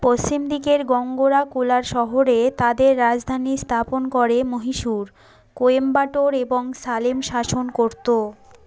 পশ্চিমদিকের গঙ্গারা কোলার শহরে তাদের রাজধানী স্থাপন করে মহীশূর কোয়েম্বাটোর এবং সালেম শাসন করত